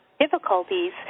difficulties